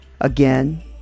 again